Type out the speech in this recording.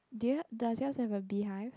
there does it has a beehive